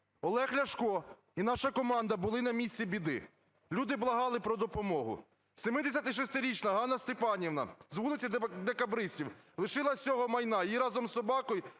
Олег Ляшко і наша команда були на місці біди. Люди благали про допомогу. 76-річна Ганна Степанівна, з вулиці Декабристів, лишилась всього майна. Її разом із собакою